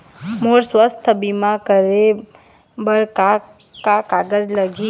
मोर स्वस्थ बीमा करे बर का का कागज लगही?